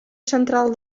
central